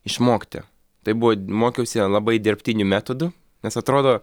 išmokti tai buvo mokiausi labai dirbtiniu metodu nes atrodo